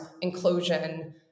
inclusion